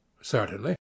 Certainly